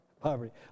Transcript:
poverty